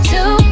Two